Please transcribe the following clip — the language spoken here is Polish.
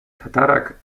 tatarak